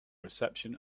reception